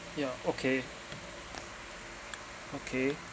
yeah okay okay